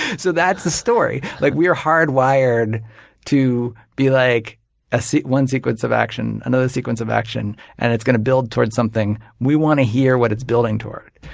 so that's the story. like we're hardwired to be like ah one sequence of action, another sequence of action, and it's going to build towards something. we want to hear what it's building toward.